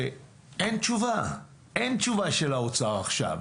ואין תשובה, אין תשובה של האוצר עכשיו.